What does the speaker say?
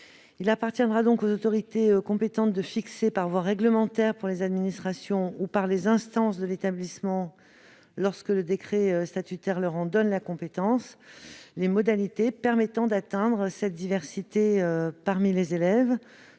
Il appartiendra donc aux autorités compétentes de fixer, par voie réglementaire pour les administrations ou par les instances de l'établissement lorsque le décret statutaire leur en donne la compétence, les modalités permettant d'atteindre cette diversité parmi les élèves.